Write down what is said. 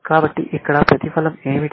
కాబట్టి ఇక్కడ ప్రతిఫలం ఏమిటి